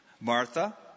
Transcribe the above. Martha